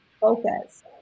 focus